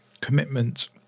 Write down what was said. commitment